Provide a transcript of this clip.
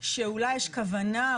שאולי יש כוונה,